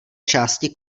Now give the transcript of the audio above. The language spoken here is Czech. části